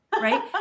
Right